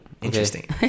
Interesting